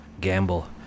gamble